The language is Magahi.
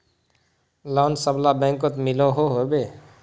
लोन सबला बैंकोत मिलोहो होबे?